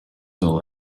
all